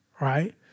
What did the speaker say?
Right